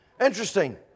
Interesting